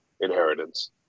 inheritance